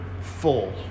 full